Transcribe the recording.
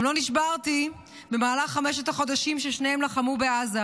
גם לא נשברתי במהלך חמשת החודשים ששניהם לחמו בעזה,